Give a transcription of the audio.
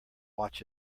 watch